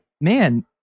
man